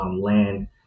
land